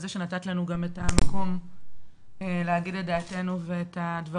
זה שנתנה לנו מקום להגיד את דעתנו ואת נקודת מבטנו על הדברים.